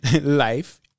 life